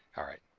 alright,